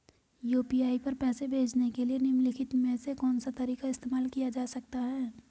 UPI पर पैसे भेजने के लिए निम्नलिखित में से कौन सा तरीका इस्तेमाल किया जा सकता है?